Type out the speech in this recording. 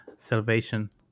Salvation